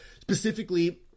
Specifically